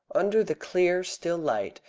under the clear, still light,